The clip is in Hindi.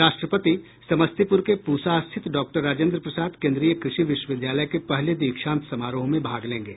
राष्ट्रपति समस्तीपुर के पूसा स्थित डॉक्टर राजेंद्र प्रसाद केंद्रीय कृषि विश्वविद्यालय के पहले दीक्षांत समारोह में भाग लेंगे